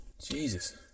Jesus